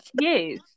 Yes